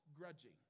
Grudging